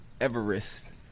Everest